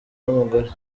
n’umugore